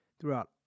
throughout